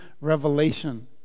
revelation